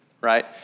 right